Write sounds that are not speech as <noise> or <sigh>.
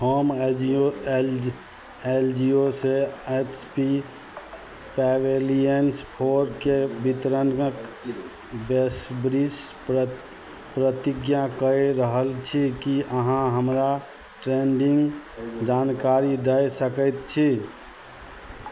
हम L G O L G L G O से H P pavilions फोरके वितरणके <unintelligible> पर प्रतिज्ञा कै रहल छी कि अहाँ हमरा ट्रेन्डिन्ग जानकारी दै सकै छी